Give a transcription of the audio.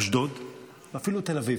אשדוד ואפילו תל אביב.